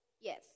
Yes